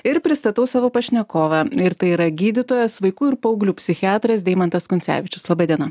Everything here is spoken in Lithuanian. ir pristatau savo pašnekovą ir tai yra gydytojas vaikų ir paauglių psichiatras deimantas kuncevičius laba diena